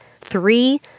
Three